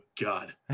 god